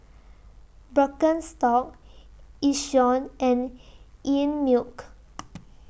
Birkenstock Yishion and Einmilk